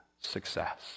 success